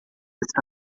está